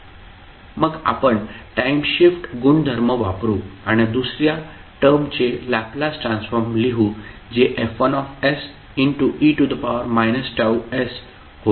मग आपण time shift गुणधर्म वापरू आणि दुसर्या टर्मचे लॅपलास ट्रान्सफॉर्म लिहू जे F1se Ts होईल